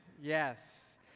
yes